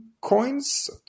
coins